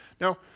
Now